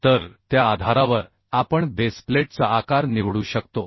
तर त्या आधारावर आपण बेस प्लेटचा आकार निवडू शकतो